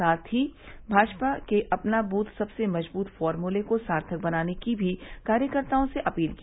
साथ ही भाजपा के अपना बूथ सबसे मजबूत फार्मले को सार्थक बनाने की भी कार्यकर्ताओं से अपील की